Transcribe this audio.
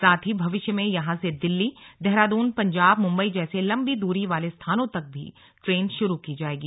साथ ही भविष्य में यहां से दिल्ली देहरादून पंजाब मुम्बई जैसे लंबी दूरी वाले स्थानों तक भी ट्रेन शुरू की जाएगी